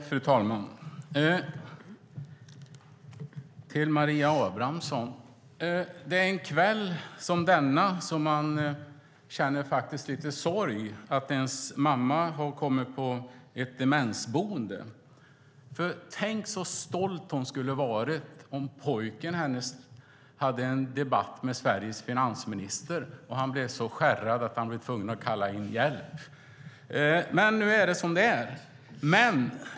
Fru talman! Det är en kväll som denna, Maria Abrahamsson, som man faktiskt känner lite sorg över att ens mamma har kommit till ett demensboende. Tänk så stolt hon skulle ha varit över att pojken hennes hade en debatt med Sveriges finansminister och att han blev så skärrad att han blev tvungen att kalla in hjälp. Men nu är det som det är.